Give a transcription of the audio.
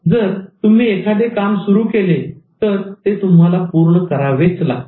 जर तुम्ही एखादे काम सुरु केले तर ते तुम्हाला पूर्ण करावेच लागते